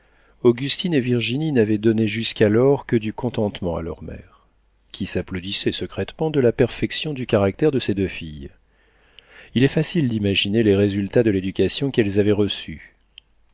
augustine et virginie n'avaient donné jusqu'alors que du contentement à leur mère qui s'applaudissait secrètement de la perfection du caractère de ses deux filles il est facile d'imaginer les résultats de l'éducation qu'elles avaient reçue